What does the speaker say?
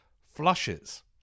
flushes